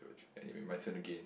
anyway my turn again